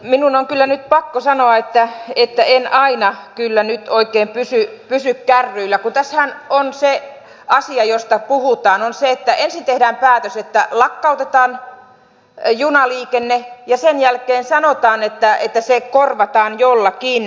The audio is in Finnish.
minun on kyllä nyt pakko sanoa että en aina oikein pysy kärryillä kun tässähän se asia josta puhutaan on se että ensin tehdään päätös että lakkautetaan junaliikenne ja sen jälkeen sanotaan että se korvataan jollakin